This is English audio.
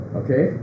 okay